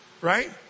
right